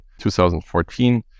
2014